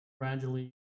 gradually